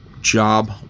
Job